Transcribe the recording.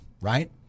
right